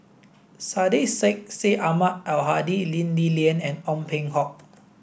Syed Sheikh Syed Ahmad Al Hadi Lee Li Lian and Ong Peng Hock